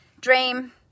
Dream